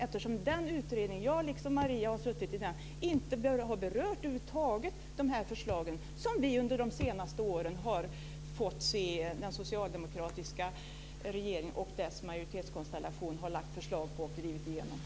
I den utredning som Maria och jag har suttit i har man över huvud taget inte berört de förslag som den socialdemokratiska regeringen och dess majoritetskonstellation under de senaste åren har lagt fram och drivit igenom.